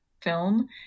film